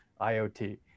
IoT